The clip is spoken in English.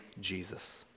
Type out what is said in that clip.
Jesus